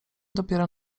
dopiero